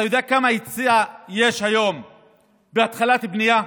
אתה יודע כמה היצע יש היום בהתחלת בנייה?